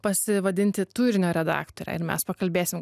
pasivadinti turinio redaktore ir mes pakalbėsim